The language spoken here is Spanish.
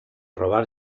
robar